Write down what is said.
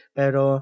pero